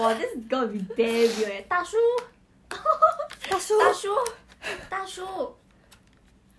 but the part where he was like 我讨厌你 that one I was like oh no